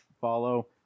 follow